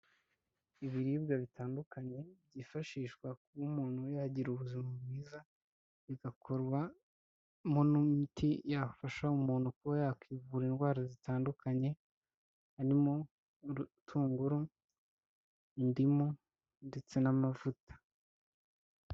Ibiribwa bitandukanye byifashishwa kuba umuntu yagira ubuzima bwiza, bigakorwamo n'imiti yafasha umuntu kuba yakivura indwara zitandukanye, harimo urutunguru, indimu ndetse n'amavuta.